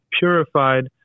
purified